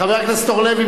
חבר הכנסת אורלב,